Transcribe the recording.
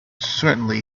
certainly